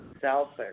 Selfish